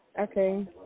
Okay